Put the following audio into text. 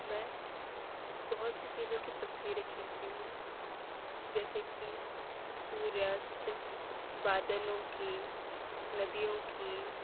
मैं बहुत सी चीज़ों की तस्वीरें खींचती हूँ जैसे कि सूर्यास्त बादलों की नदियों की